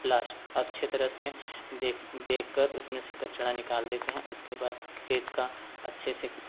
plus अच्छे तरह से देख देख कर उसमें से कचड़ा निकाल देते हैं उसके बाद खेत का अच्छे से